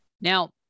Now